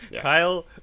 kyle